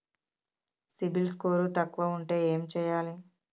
CIBIL score తక్కువ ఉంటే ఏం చేయాలి?